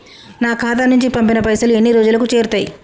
నా ఖాతా నుంచి పంపిన పైసలు ఎన్ని రోజులకు చేరుతయ్?